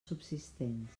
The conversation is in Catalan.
subsistents